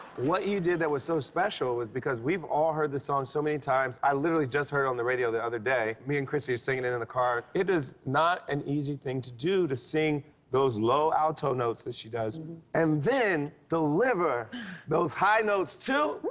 what you did that was so special was because we've all heard the song so many times. i literally just heard it on the radio the other day me and chrissy are singing it in the car. it is not an easy thing to do, to sing those low alto notes that she does and then deliver those high notes, too.